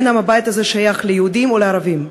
בין אם הבית הזה שייך ליהודים או לערבים,